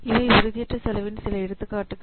இவை உறுதியற்ற செலவின் சில எடுத்துக்காட்டுகள்